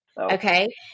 Okay